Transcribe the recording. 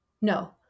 no